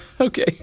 Okay